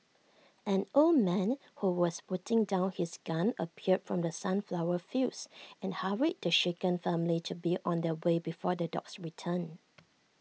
an old man who was putting down his gun appeared from the sunflower fields and hurried the shaken family to be on their way before the dogs return